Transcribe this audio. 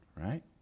right